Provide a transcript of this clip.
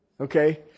Okay